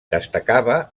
destacava